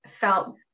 felt